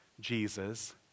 Jesus